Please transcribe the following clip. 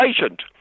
patient